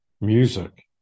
music